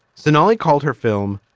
sonali called her film.